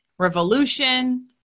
revolution